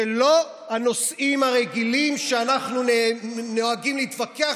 זה לא מהנושאים הרגילים שאנחנו נוהגים להתווכח